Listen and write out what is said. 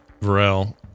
Varel